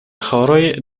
haroj